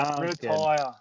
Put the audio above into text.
Retire